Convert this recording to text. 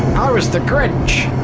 was the grinch